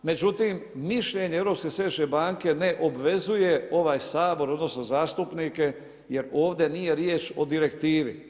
Međutim, mišljenje Europske središnje banke ne obvezuje ovaj Sabor odnosno zastupnike jer ovdje nije riječ o direktivi.